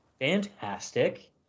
Fantastic